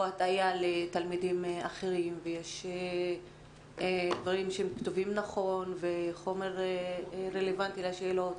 הטעייה לתלמידים אחרים ושהדברים כתובים נכון והחומר רלוונטי לשאלות.